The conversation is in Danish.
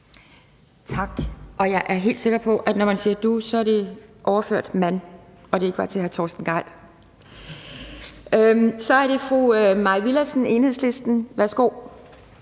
Tak. Og jeg er helt sikker på, at når man siger du, så er det i den overførte betydning af man og ikke til hr. Torsten Gejl. Så er det fru Mai Villadsen, Enhedslisten. Værsgo.